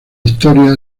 historia